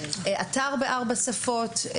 אתר בארבע שפות,